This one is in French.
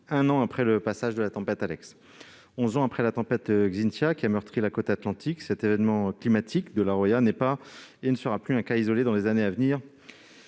un an après le passage de la tempête Alex. Onze ans après la tempête Xynthia qui a meurtri la côte Atlantique, cet événement climatique de la Roya ne sera plus un cas isolé dans les années à venir-